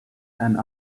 and